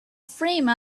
frame